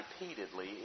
repeatedly